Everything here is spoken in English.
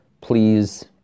please